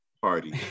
party